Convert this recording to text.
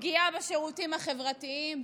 פגיעה בשירותים החברתיים,